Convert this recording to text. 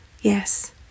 Yes